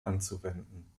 anzuwenden